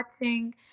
watching